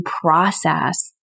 process